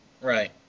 Right